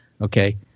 Okay